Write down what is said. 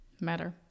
matter